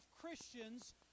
Christians